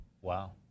Wow